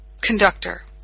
conductor